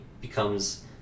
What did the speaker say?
becomes